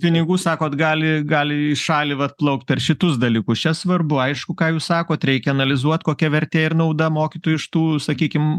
pinigų sakot gali gali į šalį vat plaukt per šitus dalykus čia svarbu aišku ką jūs sakot reikia analizuot kokia vertė ir nauda mokytojui iš tų sakykim